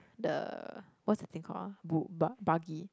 the what's the thing called ah bu~ bug~ buggy